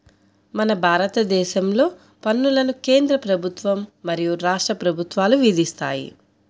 మన భారతదేశంలో పన్నులను కేంద్ర ప్రభుత్వం మరియు రాష్ట్ర ప్రభుత్వాలు విధిస్తాయి